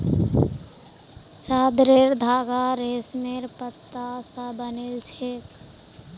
चादरेर धागा रेशमेर पत्ता स बनिल छेक